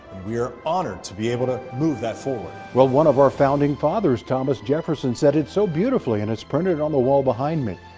we're honored to be able to move that forward. well, one of our founding fathers thomas jefferson said it so beautifully and it's printed on the wall behind me.